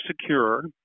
secure